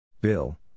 Bill